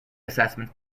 assessments